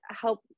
help